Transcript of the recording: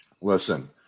Listen